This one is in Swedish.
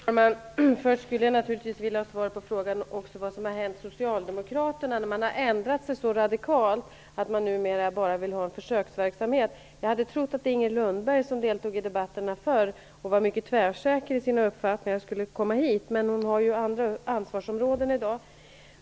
Fru talman! Först skulle jag naturligtvis vilja ha svar på frågan vad som har hänt socialdemokraterna, som har ändrat sig så radikalt att man numera bara vill ha försöksverksamhet. Jag hade trott att Inger Lundberg, som deltog i debatterna förr och var mycket tvärsäker i sina uppfattningar, skulle komma hit i dag, men hon har ju andra ansvarsområden i dag.